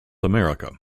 america